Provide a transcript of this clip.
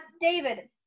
David